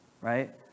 right